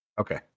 Okay